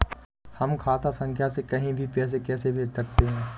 हम खाता संख्या से कहीं भी पैसे कैसे भेज सकते हैं?